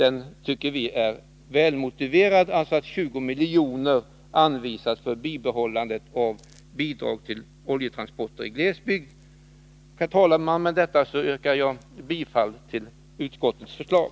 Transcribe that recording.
Vi tycker att det är väl motiverat att 20 milj.kr. anvisas för bibehållandet av bidraget till oljetransporter i glesbygd. Herr talman! Med detta yrkar jag bifall till utskottets förslag.